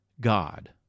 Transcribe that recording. God